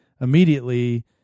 immediately